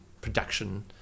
production